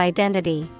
Identity